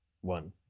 one